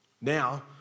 now